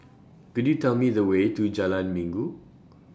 Could YOU Tell Me The Way to Jalan Minggu